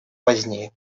позднее